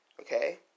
okay